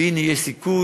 והנה יש סיכוי,